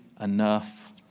enough